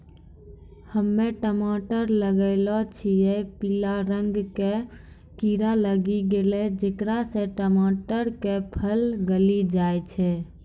हम्मे टमाटर लगैलो छियै पीला रंग के कीड़ा लागी गैलै जेकरा से टमाटर के फल गली जाय छै?